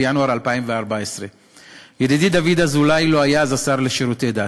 בינואר 2014. ידידי דוד אזולאי לא היה אז השר לשירותי דת,